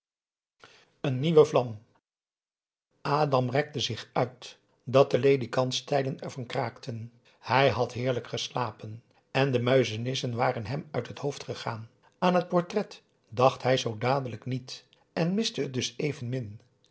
een nieuwe vlam adam rekte zich uit dat de ledikantstijlen ervan kraakten hij had heerlijk geslapen en de muizenissen waren hem uit het hoofd gegaan aan het portret dacht hij zoo dadelijk niet en miste het dus evenmin